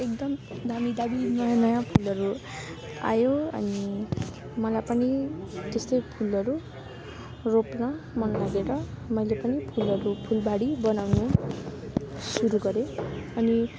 एकदम दामी दामी नयाँ नयाँ फुलहरू आयो अनि मलाई पनि त्यस्तै फुलहरू रोप्न मनलागेर मैले पनि फुलहरू फुलबारी बनाउनु सुरु गरेँ अनि